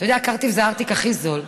אתה יודע, קרטיב זה הארטיק הכי זול,